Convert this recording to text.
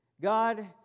God